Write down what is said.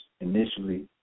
initially